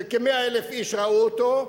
כ-100,000 איש ראו אותו,